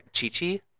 Chi-chi